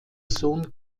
sohn